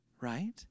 right